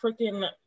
freaking